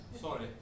Sorry